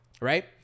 Right